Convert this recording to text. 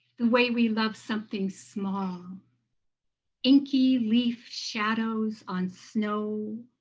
the way we love something small inky leaf shadows on snow,